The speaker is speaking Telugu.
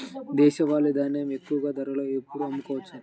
దేశవాలి ధాన్యం ఎక్కువ ధరలో ఎప్పుడు అమ్ముకోవచ్చు?